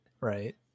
Right